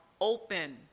open